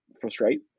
frustrate